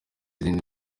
izindi